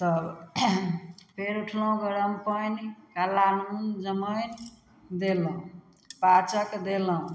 तब फेर उठलहुँ गरम पानि काला नून जमाइन देलहुँ पाचक देलहुँ